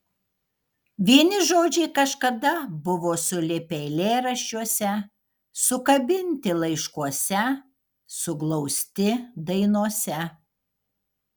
vieni žodžiai kažkada buvo sulipę eilėraščiuose sukabinti laiškuose suglausti dainose